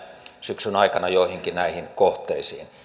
syksyn aikana joihinkin näihin kohteisiin